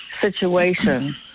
situation